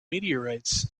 meteorites